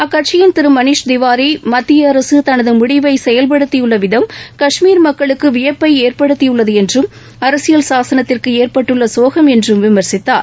அக்கட்சியின் திருமணிஷ் திவாரி மத்திய அரசுதனதுமுடிவைசெயல்படுத்தியுள்ளவிதம் கஷ்மீர் மக்களுக்குவியப்பைஏற்படுத்தியுள்ளதுஎன்றும் அரசியல் சாசனத்திற்குஏற்பட்டுள்ளசோகம் என்றும் விமர்சித்தார்